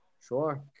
Sure